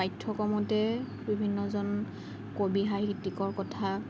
পাঠ্যক্ৰমতে বিভিন্নজন কবি সাহিত্যিকৰ কথা